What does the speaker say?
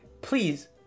Please